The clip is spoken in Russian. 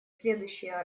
следующий